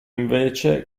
invece